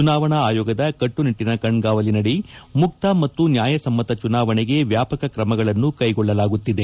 ಚುನಾವಣಾ ಆಯೋಗದ ಕಟ್ಲುನಿಟ್ಲನ ಕಣ್ಗಾವಲಿನಡಿ ಮುಕ್ತ ಮತ್ತು ನ್ಗಾಯಸಮ್ನತ ಚುನಾವಣೆಗೆ ವ್ಯಾಪಕ ಕ್ರಮಗಳನ್ನು ಕೈಗೊಳ್ಳಲಾಗುತ್ತಿದೆ